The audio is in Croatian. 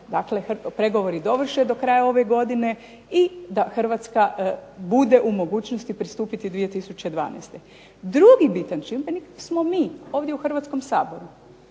da se pregovori dovrše ove godine i da Hrvatska bude u mogućnosti pristupiti 2012. Drugi bitan čimbenik smo mi ovdje u Hrvatskom saboru,